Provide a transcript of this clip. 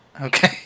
Okay